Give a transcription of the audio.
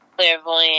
clairvoyant